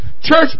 church